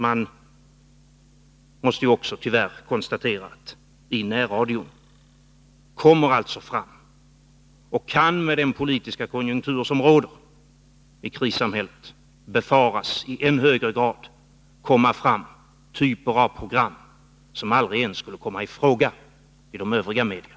Man måste också tyvärr konstatera att i närradion kommer fram, och kan — med den politiska konjunktur som råder i krissamhället — befaras i än högre grad komma fram, typer av program som aldrig ens skulle komma i fråga i de övriga media.